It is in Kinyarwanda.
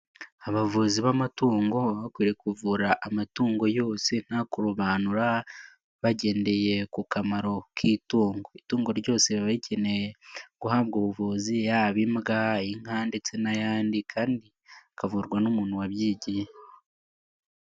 Abavuzi b'amatungo baba bakwiriye kuvura amatungo yose nta kurobanura, bagendeye ku kamaro k'itungo. Itungo ryose riba rikeneye guhabwa ubuvuzi yaba imbwa, inka ndetse n'ayandi kandi akavurwa n'umuntu wabyigiye.